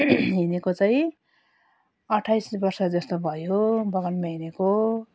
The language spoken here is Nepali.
हिँडेको चाहिँ अट्ठाइस वर्ष जस्तो भयो बगानमा हिँडेको